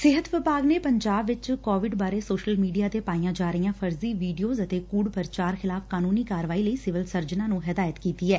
ਸਿਹਤ ਵਿਭਾਗ ਨੇ ਪੰਜਾਬ ਵਿਚ ਕੋਵਿਡ ਬਾਰੇ ਸੋਸ਼ਲ ਮੀਡੀਆ ਤੇ ਪਾਈਆਂ ਜਾ ਰਹੀਆਂ ਫਰਜ਼ੀ ਵੀਡੀਓਜ਼ ਅਤੇ ਕੁੜ ਪੁਚਾਰ ਖਿਲਾਫ਼ ਕਾਨੂੰਨ ਕਾਰਵਾਈ ਲਈ ਸਿਵਲ ਸਰਜਨਾਂ ਨੂੰ ਹਦਾਇਤ ਕੀਡੀ ਏ